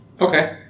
Okay